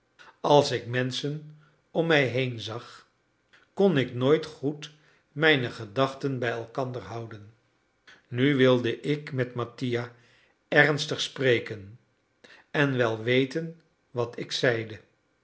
als ik menschen om mij heen zag kon ik nooit goed mijne gedachten bij elkander houden nu wilde ik met mattia ernstig spreken en wel weten wat ik zeide